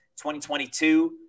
2022